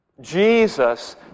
Jesus